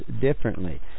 differently